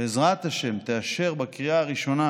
בעזרת השם, תאשר בקריאה הראשונה